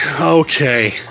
okay